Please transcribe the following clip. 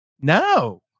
no